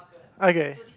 okay